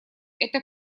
это